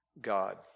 God